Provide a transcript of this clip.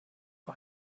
war